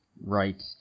Right